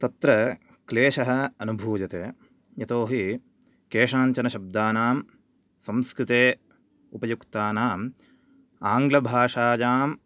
तत्र क्लेशः अनुभूयते यतोहि केषाञ्चन शब्दानां संस्कृते उपयुक्तानाम् आङ्ग्लभाषायाम्